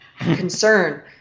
Concern